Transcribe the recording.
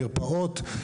מרפאות,